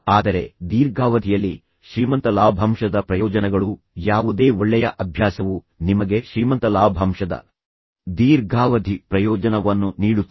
ಆದರೆ ದೀರ್ಘಾವಧಿಯಲ್ಲಿ ಶ್ರೀಮಂತ ಲಾಭಾಂಶದ ಪ್ರಯೋಜನಗಳು ಯಾವುದೇ ಒಳ್ಳೆಯ ಅಭ್ಯಾಸವು ನಿಮಗೆ ಶ್ರೀಮಂತ ಲಾಭಾಂಶದ ದೀರ್ಘಾವಧಿ ಪ್ರಯೋಜನವನ್ನು ನೀಡುತ್ತದೆ